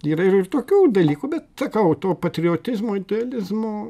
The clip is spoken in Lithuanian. yra ir tokių dalykų bet sakau to patriotizmo idealizmo